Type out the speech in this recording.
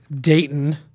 Dayton